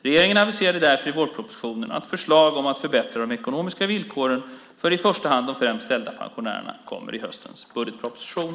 Regeringen aviserade därför i vårpropositionen att förslag om att förbättra de ekonomiska villkoren för i första hand de sämst ställda pensionärerna kommer i höstens budgetproposition.